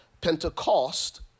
Pentecost